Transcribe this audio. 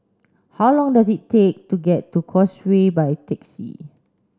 how long does it take to get to Causeway by taxi